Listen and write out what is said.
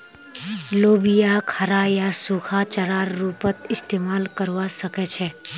लोबियाक हरा या सूखा चारार रूपत इस्तमाल करवा सके छे